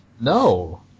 No